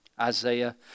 Isaiah